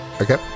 Okay